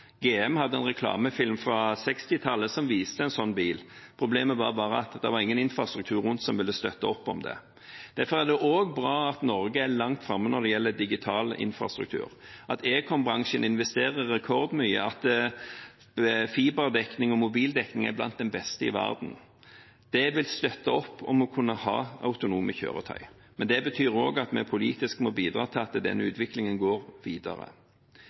GM hadde en reklamefilm fra 60-tallet som viste en sånn bil. Problemet var bare at det ikke var noen infrastruktur rundt som ville støtte opp om det. Derfor er det også bra at Norge er langt framme når det gjelder digital infrastruktur, at ekombransjen investerer rekordmye, og at fiberdekningen og mobildekningen er blant den beste i verden. Det vil støtte opp om det å kunne ha autonome kjøretøy, men det betyr også at vi politisk må bidra til at utviklingen går videre.